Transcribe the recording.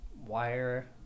wire